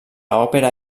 òpera